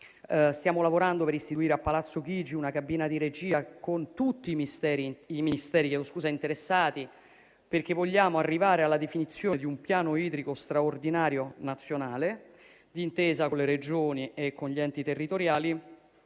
Stiamo lavorando per istituire a Palazzo Chigi una cabina di regia con tutti i Ministeri interessati, perché vogliamo arrivare alla definizione di un piano idrico straordinario nazionale, d'intesa con le Regioni e con gli enti territoriali,